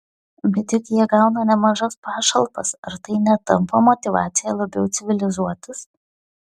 bet juk jie gauna nemažas pašalpas ar tai netampa motyvacija labiau civilizuotis